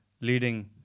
leading